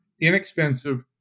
inexpensive